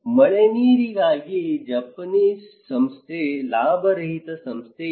ಮಳೆನೀರಿಗಾಗಿ Japanese ಸಂಸ್ಥೆ ಲಾಭರಹಿತ ಸಂಸ್ಥೆ ಇದೆ